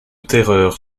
terreur